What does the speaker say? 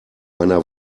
einer